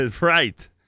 right